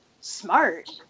smart